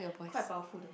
quite powerful though